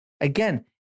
Again